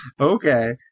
Okay